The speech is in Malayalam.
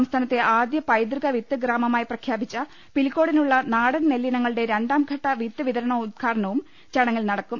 സംസ്ഥാനത്തെ ആദ്യ പൈതൃക വി ത്ത് ഗ്രാമമായി പ്രഖ്യാപിച്ച പിലിക്കോടിനുള്ള നാടൻ നെല്ലിനങ്ങ ളുടെ രണ്ടാംഘട്ട വിത്ത് വിതരണ ഉദ്ഘാടനവും ചടങ്ങിൽ നട ക്കും